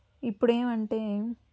ఇప్పుడేమంటే